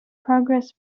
progress